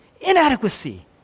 inadequacy